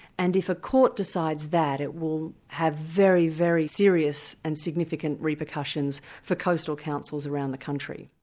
and if a court decides that, it will have very, very serious and significant repercussions for coastal councils around the country.